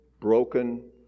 broken